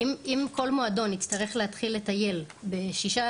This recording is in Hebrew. אם כל מועדון יצטרך להתחיל לטייל בשישה